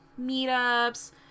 meetups